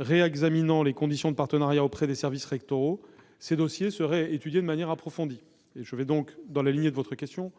réexamen des conditions de partenariat auprès des services rectoraux, ces dossiers seraient étudiés de manière approfondie ; à la suite de votre question,